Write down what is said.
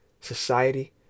society